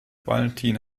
valentin